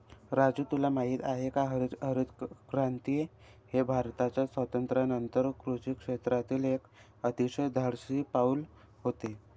राजू तुला माहित आहे का हरितक्रांती हे भारताच्या स्वातंत्र्यानंतर कृषी क्षेत्रातील एक अतिशय धाडसी पाऊल होते